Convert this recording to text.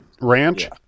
Ranch